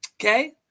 Okay